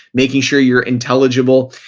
making sure you're intelligible,